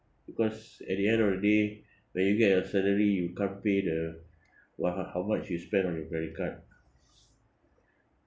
because at the end of the day when you get your salary you can't pay the one ho~ how much you spend on your credit card